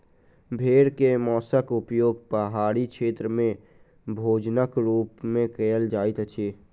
भेड़ के मौंसक उपयोग पहाड़ी क्षेत्र में भोजनक रूप में कयल जाइत अछि